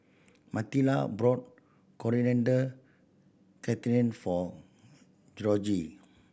Matilda brought Coriander Chutney for Gregory